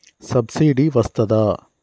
Subsidy వస్తదా?